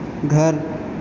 گھر